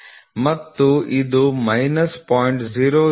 002 mm Since the work tolerance are less than 0